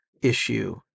issue